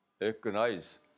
recognize